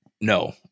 no